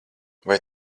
vai